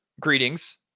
greetings